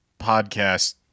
podcast